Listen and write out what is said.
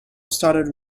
started